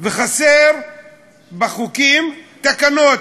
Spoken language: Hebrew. וחסרים בחוקים תקנות,